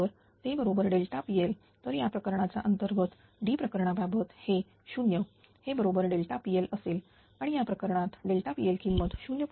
जर ते बरोबर pL तर या प्रकरणाचा अंतर्गत D प्रकरणाबाबत हे 0 हे बरोबर pL असेल आणि या प्रकरणात pL किंमत 0